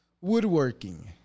woodworking